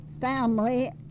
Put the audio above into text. family